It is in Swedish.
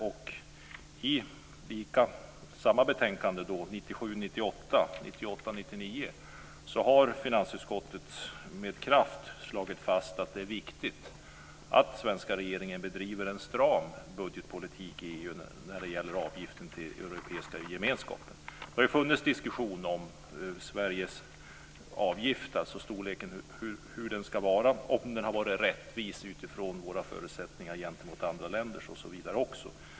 I motsvarande betänkande 97 99 har finansutskottet med kraft slagit fast att det är viktigt att den svenska regeringen bedriver en stram budgetpolitik i EU när det gäller avgiften till Europeiska gemenskapen. Det har ju funnits diskussion om hur stor Sveriges avgift ska vara och om den har varit rättvis utifrån våra förutsättningar gentemot andra länder osv.